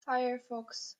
firefox